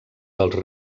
dels